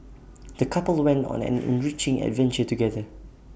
the couple went on an enriching adventure together